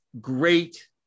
great